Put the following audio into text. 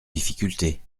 difficultés